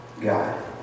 God